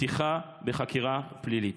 ופתיחה בחקירה פלילית?